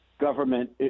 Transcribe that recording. government